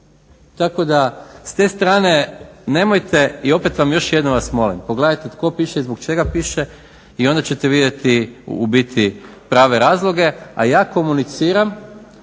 Tako da s te strane nemojte i opet vam, još jedno vas molim. Pogledajte tko piše i zbog čega piše i onda ćete vidjeti u biti prave razloge. A ja komuniciram,